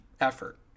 effort